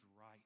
right